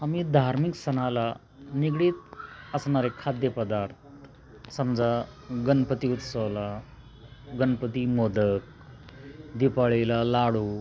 आम्ही धार्मिक सणाला निगडीत असणारे खाद्यपदार्थ समजा गणपती उत्सवला गणपती मोदक दिपावळीला लाडू